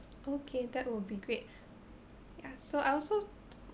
okay that would be great ya so I also